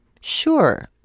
sure